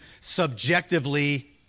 subjectively